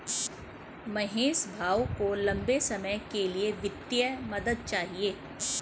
महेश भाऊ को लंबे समय के लिए वित्तीय मदद चाहिए